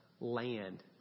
land